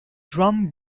drum